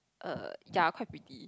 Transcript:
err ya quite pretty